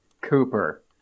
Cooper